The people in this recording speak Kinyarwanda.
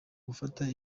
gufata